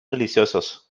deliciosos